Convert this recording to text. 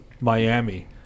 Miami